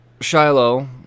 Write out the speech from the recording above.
Shiloh